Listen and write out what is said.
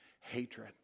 hatred